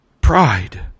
Pride